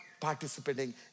participating